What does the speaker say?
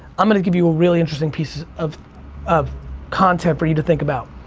i'm gonna give you a really interesting piece of of content for you to think about,